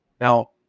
Now